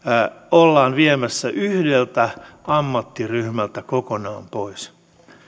ollaan viemässä yhdeltä ammattiryhmältä kokonaan pois